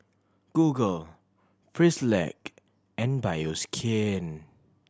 Google Frisolac and Bioskin